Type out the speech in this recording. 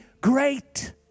great